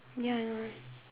ya I know right